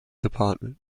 department